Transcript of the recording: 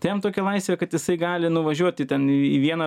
tai jam tokia laisvė kad jisai gali nuvažiuoti į ten į vieną